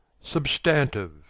substantive